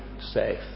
safe